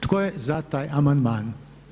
Tko je za taj amandman?